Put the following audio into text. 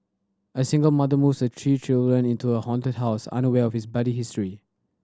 a single mother moves her three children into a haunted house unaware of its bloody history